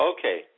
Okay